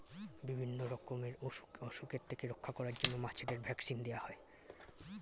বিভিন্ন রকমের অসুখের থেকে রক্ষা করার জন্য মাছেদের ভ্যাক্সিন দেওয়া হয়